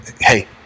hey